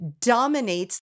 dominates